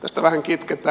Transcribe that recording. tästä vähän kitketään